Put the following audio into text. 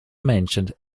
mentioned